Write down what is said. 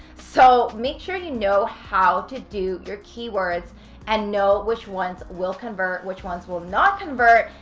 so make sure you know how to do your keywords and know which ones will convert, which ones will not convert,